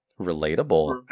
Relatable